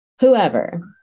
whoever